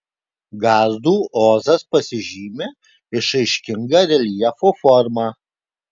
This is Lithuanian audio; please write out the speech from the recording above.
gardų ozas pasižymi išraiškinga reljefo forma